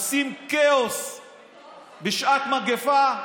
עושים כאוס בשעת מגפה,